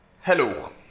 Hello